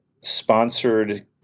sponsored